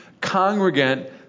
congregant